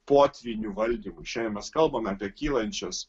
potvynių valdymui šiandien mes kalbame apie kylančias